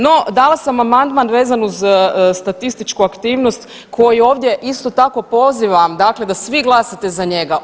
No, dala sam amandman vezan uz statističku aktivnost koju ovdje isto tako pozivam da svi glasate za njega.